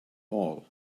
all